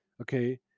okay